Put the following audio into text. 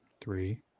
Three